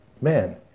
man